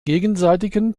gegenseitigen